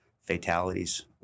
fatalities